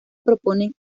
proponen